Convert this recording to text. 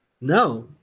No